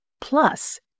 plus